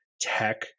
tech